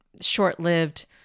short-lived